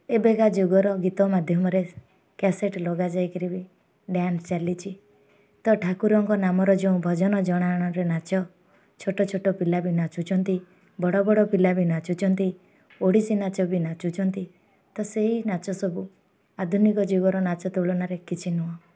ଏବେକା ଯୁଗର ଗୀତ ମାଧ୍ୟମରେ କ୍ୟାସେଟ ଲଗାଯାଇକିରି ବି ଡ୍ୟାନ୍ସ ଚାଲିଛି ତ ଠାକୁରଙ୍କ ନାମର ଯେଉଁ ଭଜନ ଜଣାଣର ନାଚ ଛୋଟ ଛୋଟ ପିଲା ବି ନାଚୁଛନ୍ତି ବଡ଼ ବଡ଼ ପିଲା ବି ନାଚୁଛନ୍ତି ଓଡ଼ିଶୀ ନାଚ ବି ନାଚୁଛନ୍ତି ତ ସେହି ନାଚ ସବୁ ଆଧୁନିକ ଯୁଗର ନାଚ ତୁଳନାରେ କିଛି ନୁହଁ